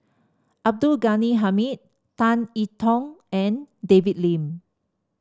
Abdul Ghani Hamid Tan I Tong and David Lim